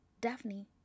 Daphne